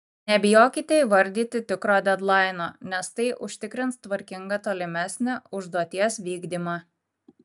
nebijokite įvardyti tikro dedlaino nes tai užtikrins tvarkingą tolimesnį užduoties vykdymą